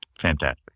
Fantastic